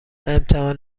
امتحان